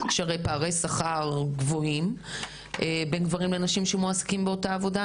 שהרי פערי שכר גבוהים בין גברים לנשים שמועסקים באותה עבודה.